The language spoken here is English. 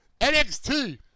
NXT